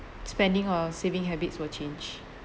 spending or saving habits will change